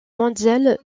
mondiale